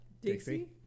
Dixie